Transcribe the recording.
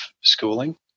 schooling